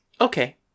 Okay